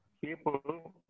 people